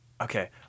Okay